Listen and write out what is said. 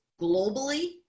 globally